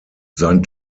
sein